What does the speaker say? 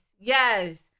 yes